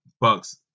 Bucks